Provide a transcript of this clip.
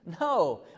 no